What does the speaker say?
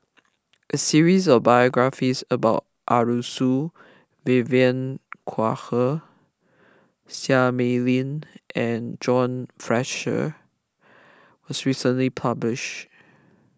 a series of biographies about Arasu Vivien Quahe Seah Mei Lin and John Fraser was recently publish